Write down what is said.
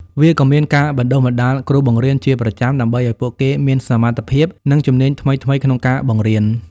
វាក៏មានការ បណ្តុះបណ្តាលគ្រូបង្រៀន ជាប្រចាំដើម្បីឱ្យពួកគេមានសមត្ថភាព និងជំនាញថ្មីៗក្នុងការបង្រៀន។